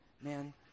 man